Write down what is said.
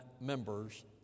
members